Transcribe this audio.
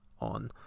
on